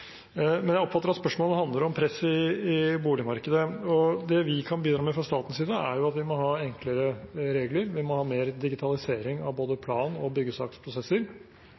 Jeg oppfatter at spørsmålet handler om press i boligmarkedet. Det vi kan bidra med fra statens side, er at vi må ha enklere regler. Vi må ha mer digitalisering av både plan- og byggesaksprosesser.